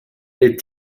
est